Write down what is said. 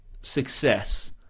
success